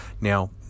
Now